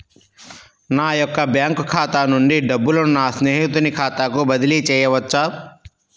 నా యొక్క బ్యాంకు ఖాతా నుండి డబ్బులను నా స్నేహితుని ఖాతాకు బదిలీ చేయవచ్చా?